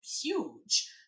huge